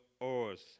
oars